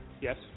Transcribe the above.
Yes